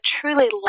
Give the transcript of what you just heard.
truly